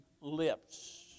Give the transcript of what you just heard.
lips